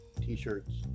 t-shirts